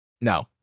No